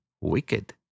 wicked